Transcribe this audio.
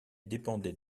dépendait